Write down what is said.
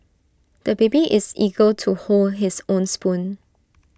the baby is eager to hold his own spoon